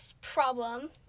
problem